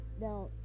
Now